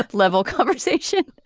level conversation.